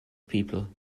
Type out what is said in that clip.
people